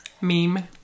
Meme